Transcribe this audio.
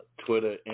Twitter